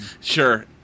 Sure